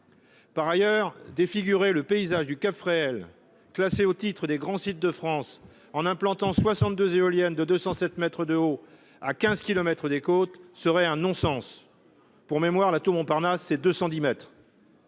Par ailleurs, défigurer le paysage du cap Fréhel, classé au titre des grands sites de France, en implantant 62 éoliennes de 207 mètres de haut à 15 kilomètres des côtes, serait un non-sens. Pour mémoire, la tour Montparnasse mesure 210 mètres.